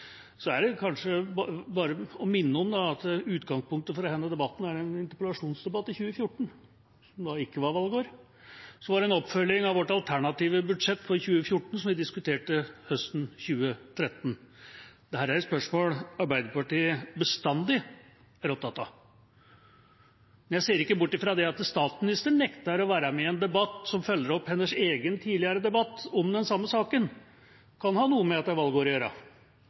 så er det bare å minne om at utgangspunktet for denne debatten er en interpellasjonsdebatt i 2014, som ikke var valgår, og så var det en oppfølging av vårt alternative budsjett for 2014, som vi diskuterte høsten 2013. Dette er et spørsmål Arbeiderpartiet bestandig er opptatt av. Jeg ser ikke bort fra at det at statsministeren nekter å være med i en debatt som følger opp hennes egen tidligere debatt om den samme saken, kan ha noe med at det er valgår, å gjøre.